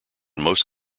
most